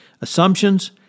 assumptions